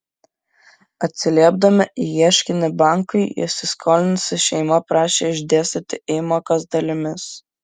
atsiliepdama į ieškinį bankui įsiskolinusi šeima prašė išdėstyti įmokas dalimis